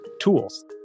tools